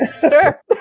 Sure